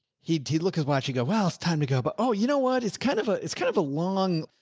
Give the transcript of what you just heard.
he'd, he'd look his watch and go, wow, it's time to go. but oh, you know what? it's kind of a, it's kind of a long,